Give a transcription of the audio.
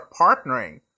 partnering